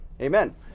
amen